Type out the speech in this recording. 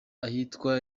ahitwa